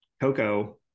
Coco